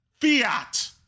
fiat